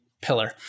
pillar